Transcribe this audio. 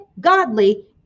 godly